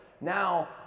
Now